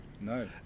No